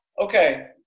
okay